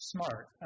Smart